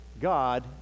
god